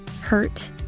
hurt